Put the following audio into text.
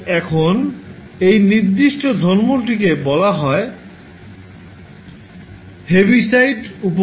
এখন এই নির্দিষ্ট ধর্মটিকে বলা হয় 'হেভিসাইড উপপাদ্য'